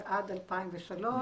ועד 2003,